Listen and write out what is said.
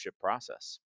process